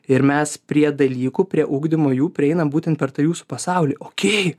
ir mes prie dalykų prie ugdymo jų prieinam būtent per tą jūsų pasaulį okėj